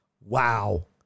Wow